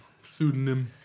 Pseudonym